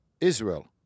Israel